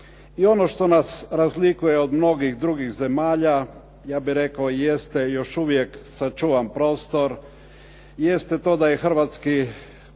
I ono što nas razlikuje od mnogih drugih zemalja, ja bih rekao, jeste još uvijek sačuvan prostor, jeste to da je hrvatski